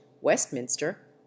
westminster